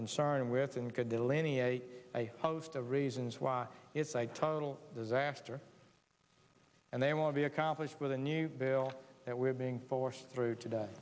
concern with and could delineate a host of reasons why it's a total disaster and they won't be accomplished with a new bill that we are being forced through today